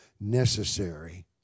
necessary